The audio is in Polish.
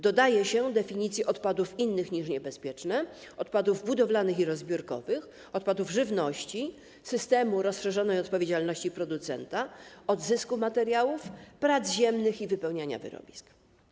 Dodaje się definicje odpadów innych niż niebezpieczne, odpadów budowlanych i rozbiórkowych, odpadów żywności, systemu rozszerzonej odpowiedzialności producenta, odzysku materiałów, prac ziemnych i wypełniania wyrobisk.